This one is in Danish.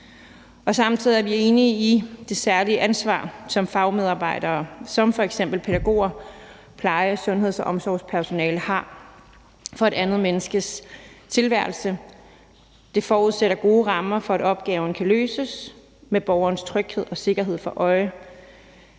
Samtidig er vi enige i, at fagmedarbejdere som f.eks. pædagoger, pleje-, sundheds- og omsorgspersonale har et særligt ansvar for et andet menneskes tilværelse. Det forudsætter gode rammer for, at opgaven kan løses med borgernes tryghed og sikkerhed for øje.